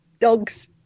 dogs